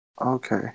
Okay